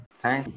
thank